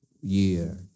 Year